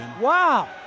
Wow